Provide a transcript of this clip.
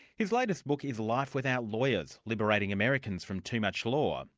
his latest book is life without lawyers liberating americans from too much law.